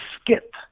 skip